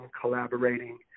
collaborating